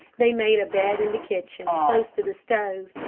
they made a bed in the kitchen, close to the stove,